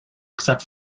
except